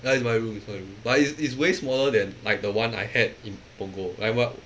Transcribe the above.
ya it's my room it's my room but it's it's way smaller than like the one I had in punggol like when